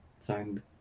Signed